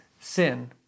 sin